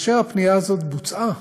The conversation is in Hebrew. כאשר הפנייה הזאת בוצעה,